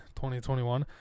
2021